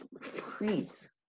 Please